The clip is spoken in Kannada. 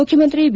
ಮುಖ್ಯಮಂತ್ರಿ ಬಿ